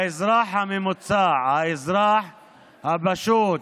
האזרח הממוצע, האזרח הפשוט,